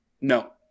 No